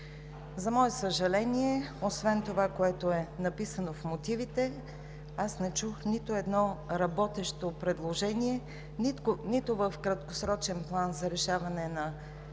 За мое съжаление, освен това, което е написано в мотивите, аз не чух нито едно работещо предложение – нито в краткосрочен план за решаване на кризата